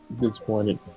disappointed